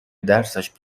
درسش